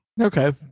Okay